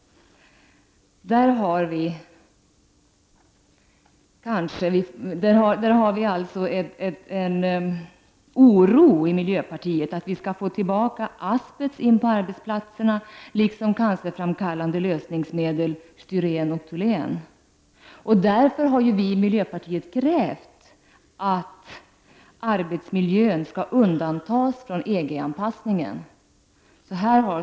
I miljöpartiet känner vi oro för att vi skall få tillbaka asbest in på arbetsplatserna och de cancerframkallande lösningsmedlen styren och toluen. Där har vi i miljöpartiet krävt att arbetsmiljön skall undantas från EG-anpassningen.